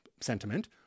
sentiment